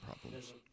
problems